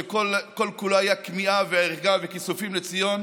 שכל-כולו היה כמיהה וערגה וכיסופים לציון,